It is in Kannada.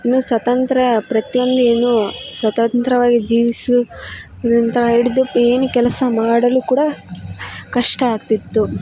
ಇನ್ನು ಸ್ವತಂತ್ರ್ಯ ಪ್ರತಿಯೊಂದು ಏನು ಸ್ವತಂತ್ರ್ಯವಾಗಿ ಜೀವಿಸು ಹಿಡಿದು ಏನು ಕೆಲಸ ಮಾಡಲು ಕೂಡ ಕಷ್ಟ ಆಗ್ತಿತ್ತು